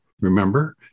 Remember